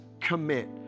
commit